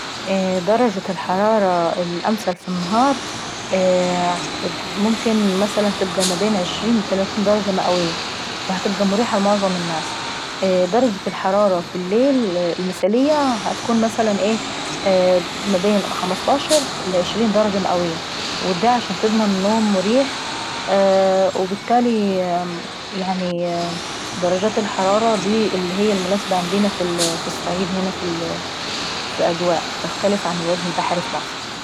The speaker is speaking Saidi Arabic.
درجة الحرارة الأمثل في النهار ممكن مثلا تبقى ما بين عشرين لتلاتين درجة ميئويي. فهتبقى مريحة لمعظم الناس. درجة الحرارة في الليل المثالية هتكون مثلا ايه ما بين خمسطاشر لعشرين دجة مئوية ودا عشان تضمن نوم مريح وبالتالي يعناااي دي درجات الحرارة المناسبة في الصعيد هنا عيندينا في الاجواء بتختلف عن الوجه البحري في مصر.